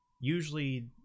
usually